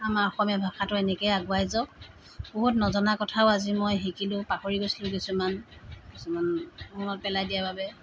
আমাৰ অসমীয়া ভাষাটো এনেকেই আগুৱাই যাওক বহুত নজনা কথাও আজি মই শিকিলোঁ পাহৰি গৈছিলোঁ কিছুমান কিছুমান মনত পেলাই দিয়া বাবে